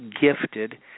gifted